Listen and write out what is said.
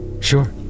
Sure